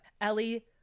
ellie